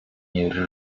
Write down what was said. nie